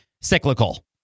cyclical